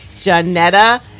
Janetta